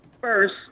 first